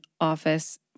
office